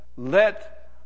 Let